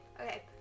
okay